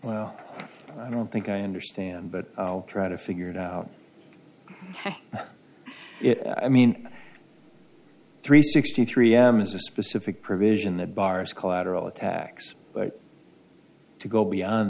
well i don't think i understand but i'll try to figure it out i mean three sixty three m is a specific provision that bars collateral attacks to go beyond